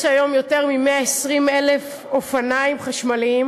יש היום יותר מ-120,000 אופניים חשמליים